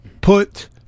put